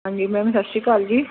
ਹਾਂਜੀ ਮੈਮ ਸਤਿ ਸ਼੍ਰੀ ਅਕਾਲ ਜੀ